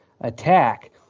attack